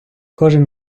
кожен